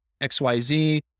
XYZ